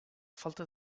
falta